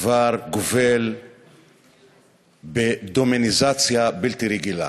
כבר גובל בדמוניזציה בלתי רגילה.